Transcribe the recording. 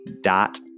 dot